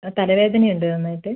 തലവേദനയുണ്ട് നന്നായിട്ട്